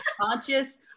conscious